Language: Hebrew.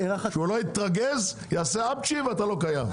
שלא יתרגז, יעשה אפצ'י ואתה לא קיים.